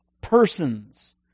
persons